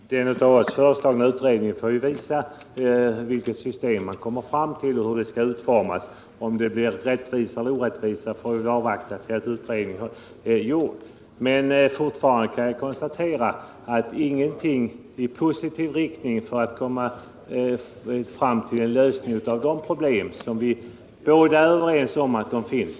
Herr talman! Den av oss föreslagna utredningen får ju visa hur systemet skall utformas. Om det blir rättvisare eller orättvisare får vi väl avvakta med att bedöma till dess utredningen har gjorts. Jag konstaterar att herr Carlstein fortfarande inte har anfört någonting i positiv riktning när det gäller att komma fram till en lösning av de problem som vi är överens om finns.